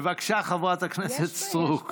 בבקשה, חברת הכנסת סטרוק.